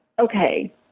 okay